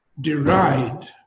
deride